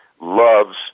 loves